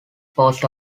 post